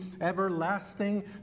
everlasting